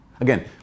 Again